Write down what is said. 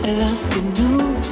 afternoon